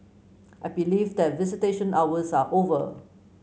I believe that visitation hours are over